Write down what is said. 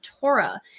Torah